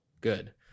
good